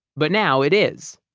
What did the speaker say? but now it is.